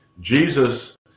Jesus